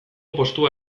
postua